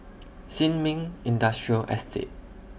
Sin Ming Industrial Estate